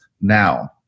now